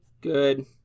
Good